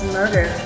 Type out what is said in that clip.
murder